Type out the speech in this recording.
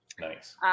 nice